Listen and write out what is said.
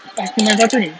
kak qin mana satu ni